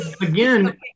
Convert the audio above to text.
again